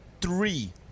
three –